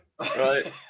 Right